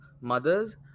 mothers